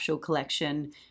collection